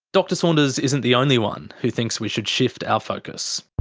dr saunders isn't the only one who thinks we should shift our focus.